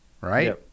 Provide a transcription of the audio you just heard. right